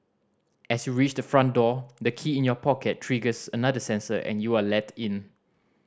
as you reach the front door the key in your pocket triggers another sensor and you are let in